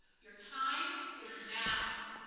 your time is now.